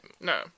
No